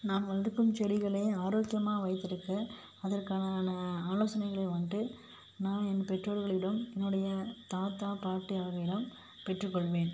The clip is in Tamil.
நான் வளர்த்துருக்கும் செடிகளை ஆரோக்கியமாக வைத்திருக்க அதற்கான ஆலோசனைகளை வந்துட்டு நான் என் பெற்றோர்களிடம் என்னோடைய தாத்தா பாட்டி அவர்களிடம் பெற்றுக்கொள்வேன்